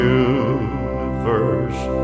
universe